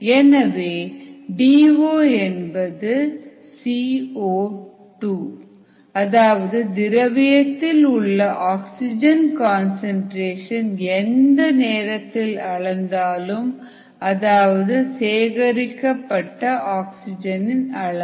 எனவே D O என்பது CO2 அதாவது திரவியத்தில் உள்ள ஆக்சிஜன் கன்சன்ட்ரேஷன் எந்த நேரத்தில் அளந்தாலும் அதாவது சேகரிக்கப்பட்ட ஆக்சிஜன் அளவு